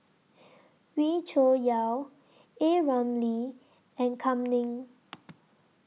Wee Cho Yaw A Ramli and Kam Ning